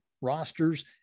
rosters